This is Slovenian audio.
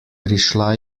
prišla